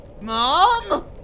Mom